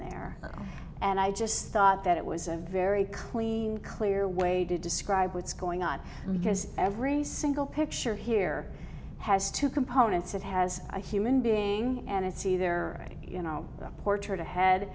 there and i just thought that it was a very clean clear way to describe what's going on because every single picture here has two components it has a human being and i see there you know a portrait a head